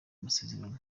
masezerano